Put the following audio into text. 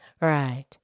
Right